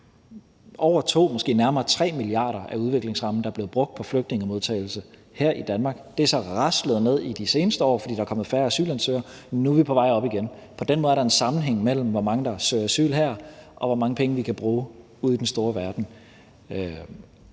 kr., måske nærmere 3 mia. kr. af udviklingsrammen, der blev brugt på flygtningemodtagelse her i Danmark. Det er så raslet ned i de seneste år, fordi der er kommet færre asylansøgere, men nu er tallet på vej op igen. På den måde er der en sammenhæng mellem, hvor mange der søger asyl her, og hvor mange penge vi kan bruge ude i den store verden,